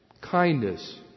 kindness